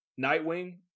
Nightwing